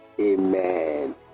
amen